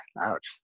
ouch